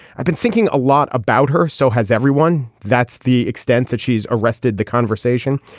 i've been thinking a lot about her so has everyone. that's the extent that she's arrested the conversation.